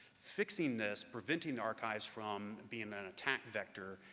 fixing this, preventing the archives from being an an attack vector,